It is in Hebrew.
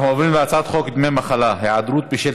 אנחנו עוברים להצעת חוק דמי מחלה (היעדרות בשל